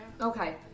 Okay